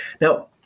now